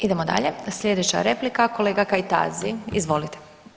Idemo dalje, slijedeća replika kolega Kajtazi, izvolite.